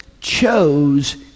chose